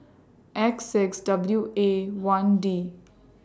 X six W A one D